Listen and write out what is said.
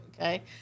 Okay